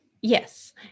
Yes